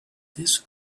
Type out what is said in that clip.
this